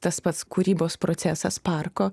tas pats kūrybos procesas parko